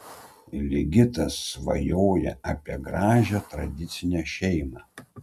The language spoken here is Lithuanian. ligitas svajoja apie gražią tradicinę šeimą